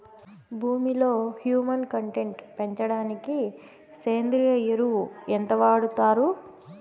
భూమిలో humus content పెంచడానికి సేంద్రియ ఎరువు ఎంత వాడుతారు